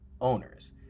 owners